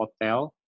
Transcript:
Hotel